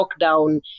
lockdown